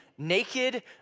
naked